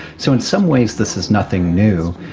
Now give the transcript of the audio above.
so in some ways this is nothing new.